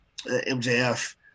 MJF